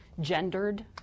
gendered